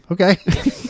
Okay